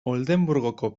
oldenburgoko